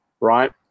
right